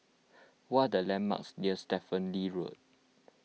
what are the landmarks near Stephen Lee Road